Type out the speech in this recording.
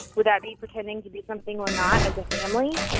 would that be pretending to be something we're not as a family?